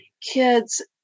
kids